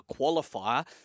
qualifier